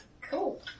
Cool